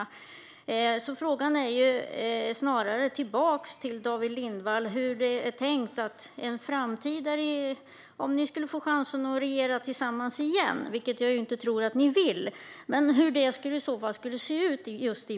Jag vill ställa en fråga tillbaka till David Lindvall om hur det är tänkt att det i framtiden skulle se ut vad gäller mineralpolitiken om ni får chansen att regera tillsammans igen, vilket jag inte tror att ni vill.